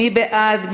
מי בעד?